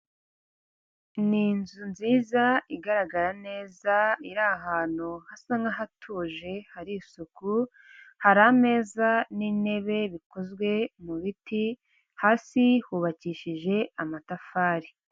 Ni inzu nziza, igaragara neza, iri ahantu hasa nkahatuje hari isuku, hari ameza n'intebe bikozwe mu biti, hasi hubakishije amatafari.